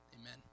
amen